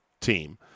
team